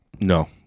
No